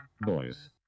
Boys